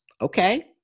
okay